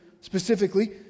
specifically